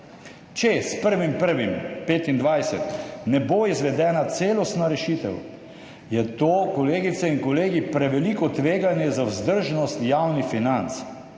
Če s 1. 1. 2025, ne bo izvedena celostna rešitev, je to, kolegice in kolegi, preveliko tveganje za vzdržnost javnih financ.